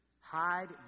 hide